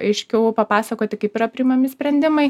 aiškiau papasakoti kaip yra priimami sprendimai